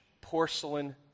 porcelain